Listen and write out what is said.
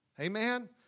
Amen